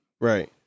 Right